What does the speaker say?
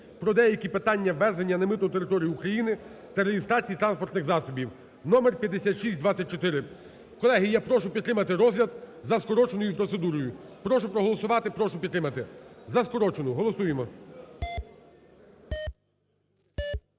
"Про деякі питання ввезення на митну територію України та реєстрації транспортних засобів" (№ 5624). Колеги, я прошу підтримати розгляд за скороченою процедурою. Прошу проголосувати, прошу підтримати, за скорочену, голосуємо.